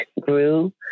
grew